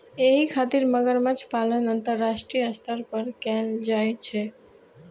एहि खातिर मगरमच्छ पालन अंतरराष्ट्रीय स्तर पर कैल जाइ छै